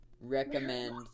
recommend